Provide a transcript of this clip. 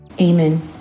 Amen